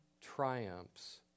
triumphs